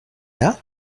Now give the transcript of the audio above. l’a